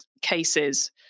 cases